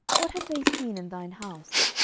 what have they seen in thine house?